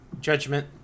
Judgment